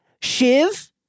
Shiv